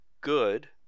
good